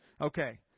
Okay